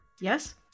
Yes